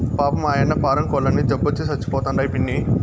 పాపం, ఆయన్న పారం కోల్లన్నీ జబ్బొచ్చి సచ్చిపోతండాయి పిన్నీ